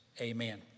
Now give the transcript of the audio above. Amen